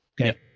Okay